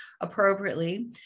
appropriately